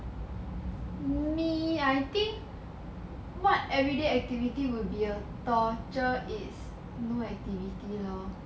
me I think what everyday activity would be a torture no activity lor